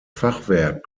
fachwerk